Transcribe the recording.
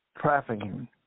trafficking